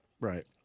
Right